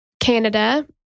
Canada